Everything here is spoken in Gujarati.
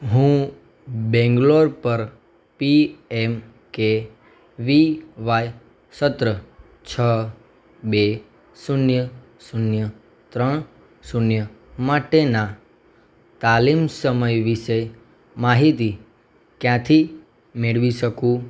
હું બેંગ્લોર પર પીએમકેવીવાય સત્ર છ બે શૂન્ય શૂન્ય ત્રણ શૂન્ય માટેના તાલીમ સમય વિશે માહિતી ક્યાંથી મેળવી શકું